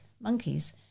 monkeys